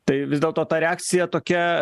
tai vis dėlto ta reakcija tokia